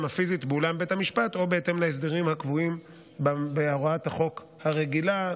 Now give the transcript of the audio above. הפיזית באולם בית המשפט או בהתאם להסדרים הקבועים בהוראת החוק הרגילה,